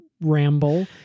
ramble